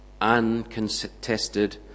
uncontested